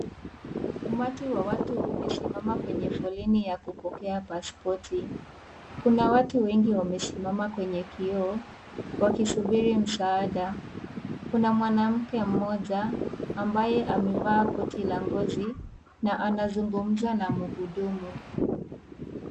Umati wa watu umesimama kwenye foleni ya kupokea paspoti. Kuna watu wengi wamesimama kwenye kioo, wakisubiri msaada. Kuna mwanamke mmoja, ambaye amevaa koti la ngozi na anazungumza na mhudumu.